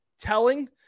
telling